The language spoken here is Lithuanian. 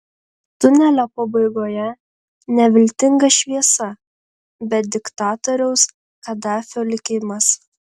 tunelio pabaigoje ne viltinga šviesa bet diktatoriaus kadafio likimas